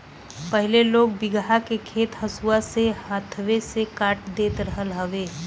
पहिले लोग बीघहा के खेत हंसुआ से हाथवे से काट देत रहल हवे